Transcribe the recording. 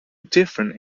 different